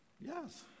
yes